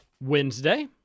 Wednesday